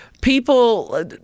people